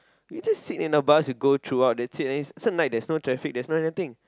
you just sit in the bus and go throughout that's it it's at night there's no traffic there's no anything